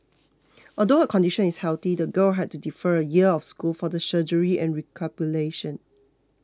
although her condition is healthy the girl had to defer a year of school for the surgery and recuperation